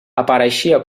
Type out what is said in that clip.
apareixia